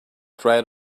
dried